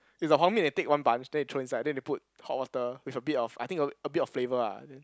it's a they take one bunch then they throw inside then they put hot water with a bit of I think a a bit of flavour ah then